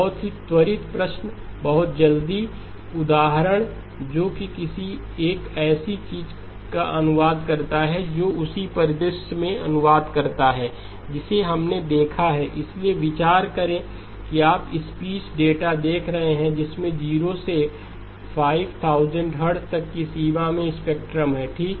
बहुत ही त्वरित प्रश्न बहुत जल्दी का उदाहरण जो किसी ऐसी चीज का अनुवाद करता है जो उसी परिदृश्य में अनुवाद करता है जिसे हमने देखा है इसलिए विचार करें कि आप स्पीच डेटा देख रहे हैं जिसमें 0 से 5000 हर्ट्ज तक की सीमा में स्पेक्ट्रम है ठीक